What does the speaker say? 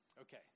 Okay